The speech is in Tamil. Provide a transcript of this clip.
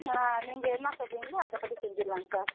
நீங்கள் என்ன சொல்கிறீங்களோ அதப்படி செஞ்சிடலாங்க சார்